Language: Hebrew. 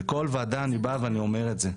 בכל ועדה אני בא ואני אומר את זה.